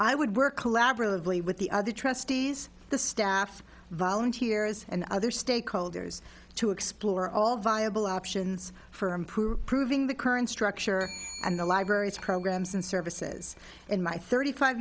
i would work collaboratively with the other trustees the staff volunteers and other stakeholders to explore all viable options for improving the current structure and the library's programs and services in my thirty five